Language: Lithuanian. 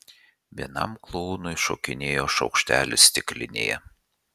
vienam klounui šokinėjo šaukštelis stiklinėje